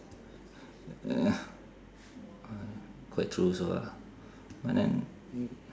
quite true also ah but then